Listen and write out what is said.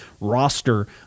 roster